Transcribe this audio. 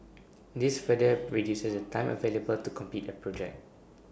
this further reduces the time available to complete A project